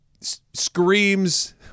screams